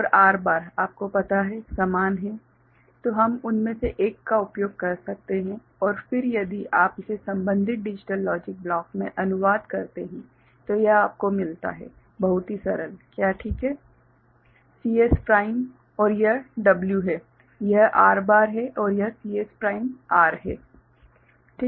तो W और R bar आपको पता है समान है तो हम उनमें से एक का उपयोग कर सकते हैं और फिर यदि आप इसे संबंधित डिजिटल लॉजिक ब्लॉक में अनुवाद करते हैं तो यह आपको मिलता है बहुत ही सरल क्या यह ठीक है CS प्राइम और यह W है यह R बार है और यह CS प्राइम R है